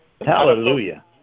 Hallelujah